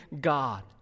God